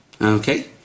Okay